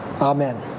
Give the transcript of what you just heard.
Amen